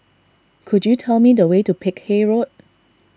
could you tell me the way to Peck Hay Road